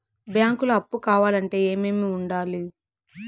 బ్యాంకులో అప్పు కావాలంటే ఏమేమి ఉండాలి?